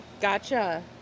Gotcha